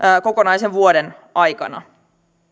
kokonaisen vuoden aikana